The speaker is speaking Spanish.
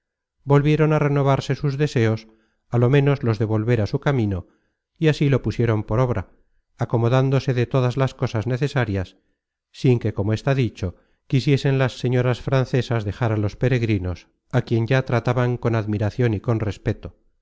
volvieron á renovarse sus deseos á lo menos los de volver á su camino y así lo pusieron por obra acomodándose de todas las cosas necesarias sin que como está dicho quisiesen las señoras francesas dejar á los peregrinos á quien ya trataban con admiracion y con respeto